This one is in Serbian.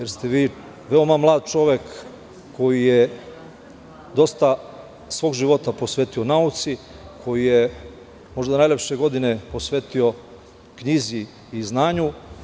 Vi ste veoma mlad čovek koji je dosta svog života posvetio nauci, koji je možda najlepše godine posvetio knjizi i znanju.